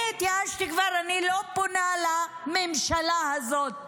אני כבר התייאשתי, אני לא פונה אל הממשלה הזאת.